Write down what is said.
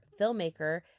filmmaker